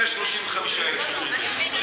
במשטרת ישראל יש 35,000 שוטרים.